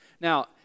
Now